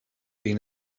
been